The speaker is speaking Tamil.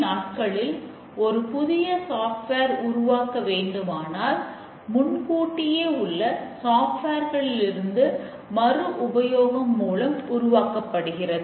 டெஸ்டிங் எண்ணிக்கையைக் குறைக்கிறது